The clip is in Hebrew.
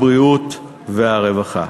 הבריאות והרווחה.